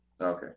Okay